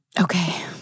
Okay